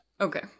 Okay